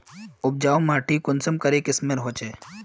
उपजाऊ माटी कुंसम करे किस्मेर होचए?